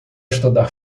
estudar